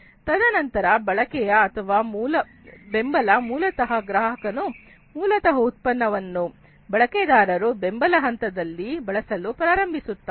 ತದನಂತರ ಬಳಕೆ ಅಥವಾ ಬೆಂಬಲ ಮೂಲತಃ ಗ್ರಾಹಕನು ಮೂಲತಃ ಉತ್ಪನ್ನವನ್ನು ಬಳಕೆದಾರರು ಬೆಂಬಲ ಹಂತದಲ್ಲಿ ಬಳಸಲು ಪ್ರಾರಂಭಿಸುತ್ತಾನೆ